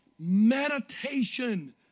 meditation